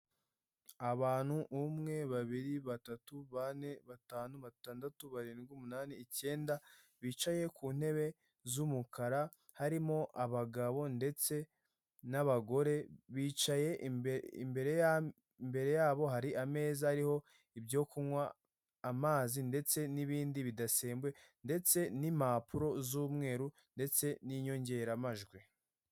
Abantu, umwe, babiri, batatu, bane, batanu, batandatu, barindwi, umunani, icyenda, bicaye ku ntebe z'umukara, harimo abagabo ndetse n'abagore bicaye, imbere yabo hari ameza ariho ibyo kunywa, amazi ndetse n'ibindi bidasembuye ndetse n'impapuro z'umweru ndetse n'inyongeramajwi.